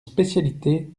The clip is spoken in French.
spécialité